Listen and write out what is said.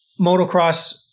motocross-